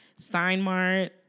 Steinmart